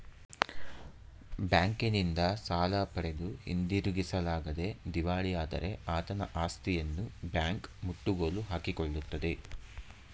ಬ್ಯಾಂಕಿನಿಂದ ಸಾಲ ಪಡೆದು ಹಿಂದಿರುಗಿಸಲಾಗದೆ ದಿವಾಳಿಯಾದರೆ ಆತನ ಆಸ್ತಿಯನ್ನು ಬ್ಯಾಂಕ್ ಮುಟ್ಟುಗೋಲು ಹಾಕಿಕೊಳ್ಳುತ್ತದೆ